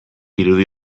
irudi